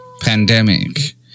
pandemic